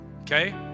Okay